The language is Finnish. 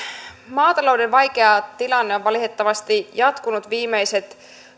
maatalouden vaikea tilanne on valitettavasti jatkunut viimeiset